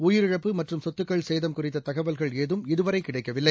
உயிரிழப்பு மற்றும் சொத்துக்கள் சேதம் குறித்த தகவல்கள் ஏதும் இதுவரை கிடைக்கவில்லை